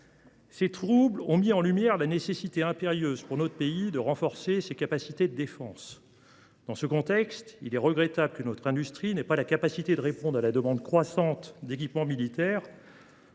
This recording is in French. Ces troubles ont mis en lumière la nécessité impérieuse, pour notre pays, de renforcer ses capacités de défense. Dans ce contexte, il est regrettable que notre industrie ne soit pas en mesure de répondre à la demande croissante d’équipements militaires.